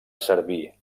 servir